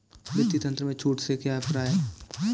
वित्तीय तंत्र में छूट से क्या अभिप्राय है?